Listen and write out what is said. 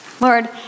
Lord